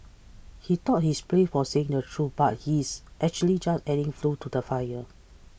he thought he's brave for saying the truth but he's actually just adding fuel to the fire